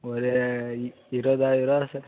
ஒரு இ இருபதாயாரூவா சார்